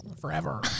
forever